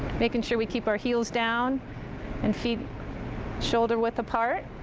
making sure we keep our heels down and feet shoulder width apart.